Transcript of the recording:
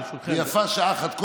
ויפה שעה אחת קודם.